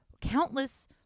countless